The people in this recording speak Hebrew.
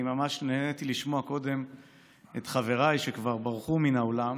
אני ממש נהניתי לשמוע קודם את חבריי שכבר ברחו מן האולם